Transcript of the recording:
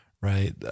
Right